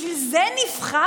בשביל זה נבחרתם?